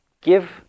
Give